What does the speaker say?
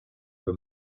for